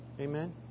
Amen